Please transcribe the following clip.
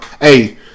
hey